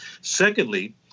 Secondly